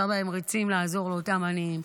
כמה הם רצים לעזור לאותם עניים,